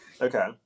Okay